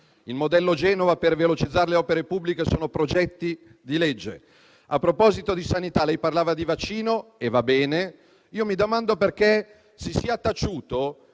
Il modello Genova per velocizzare le opere pubbliche è contenuto in disegni di legge. A proposito di sanità, lei ha parlato di vaccino, che va bene. Io mi domando, però, perché si sia taciuto